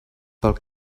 pel